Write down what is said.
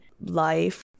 life